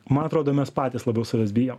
man atrodo mes patys labiau savęs bijom